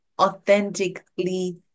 authentically